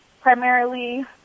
primarily